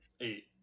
eight